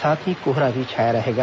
साथ ही कोहरा भी छाया रहेगा